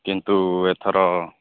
କିନ୍ତୁ ଏଥର